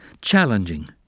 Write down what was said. challenging